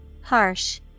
Harsh